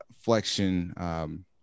flexion